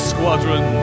Squadron